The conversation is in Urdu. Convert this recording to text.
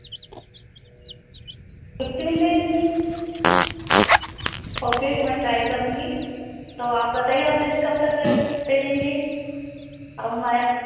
ففٹین ڈیز میں اوکے میں ٹرائی کروں گی تو آپ بتائیے آپ لسٹ کب تک دے دیں گے آپ ہمارا